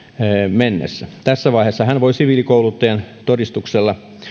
mennessä tässä vaiheessa hän voi siviilikouluttajan todistuksella